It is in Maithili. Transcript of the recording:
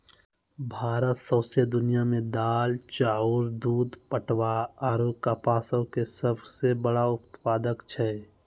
भारत सौंसे दुनिया मे दाल, चाउर, दूध, पटवा आरु कपासो के सभ से बड़का उत्पादक छै